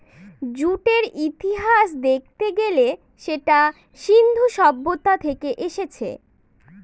জুটের ইতিহাস দেখতে গেলে সেটা সিন্ধু সভ্যতা থেকে এসেছে